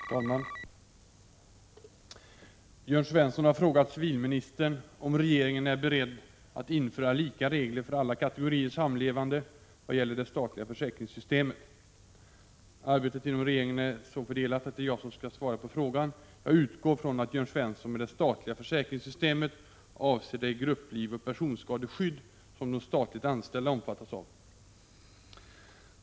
Herr talman! Jörn Svensson har frågat civilministern om regeringen är beredd att införa lika regler för alla kategorier samlevande vad gäller det statliga försäkringssystemet. Arbetet inom regeringen är så fördelat att det är jag som skall svara på frågan. Jag utgår från att Jörn Svensson med det statliga försäkringssystemet avser det grupplivoch personskadeskydd som de statligt anställda omfattas av.